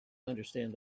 understand